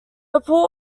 report